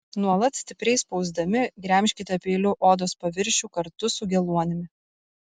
nuolat stipriai spausdami gremžkite peiliu odos paviršių kartu su geluonimi